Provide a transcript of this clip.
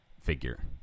figure